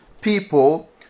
people